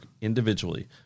individually